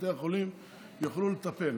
שבתי החולים יוכלו לטפל.